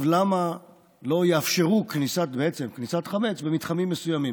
למה לא יאפשרו כניסת חמץ במתחמים מסוימים.